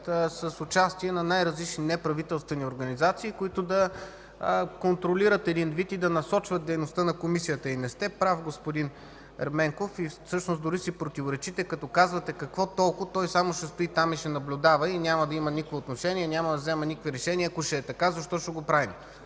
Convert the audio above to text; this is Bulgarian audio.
с участие на най-различни неправителствени организации, които да контролират и насочват дейността на Комисията. Господин Ерменков, не сте прав и дори си противоречите, като казвате: какво толкова, той ще стои там, ще наблюдава и няма да има никакво отношение, няма да взема никакви решения. Ако ще е така, защо ще го правим?